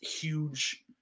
huge